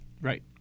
Right